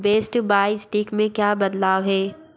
best by stick में क्या बदलाव है